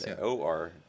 O-R